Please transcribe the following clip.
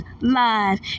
live